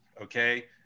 Okay